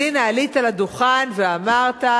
אז הנה, עלית לדוכן ואמרת: